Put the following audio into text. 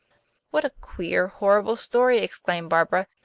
what a queer, horrible story, exclaimed barbara.